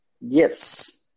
Yes